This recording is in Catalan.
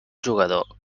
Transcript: jugador